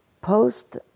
post